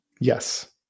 Yes